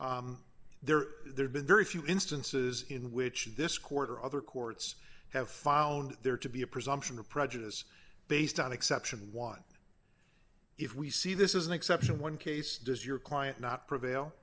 case there there's been very few instances in which this quarter other courts have found there to be a presumption of prejudice based on exception one if we see this is an exception one case does your client not prevail